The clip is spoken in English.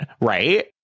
Right